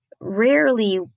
rarely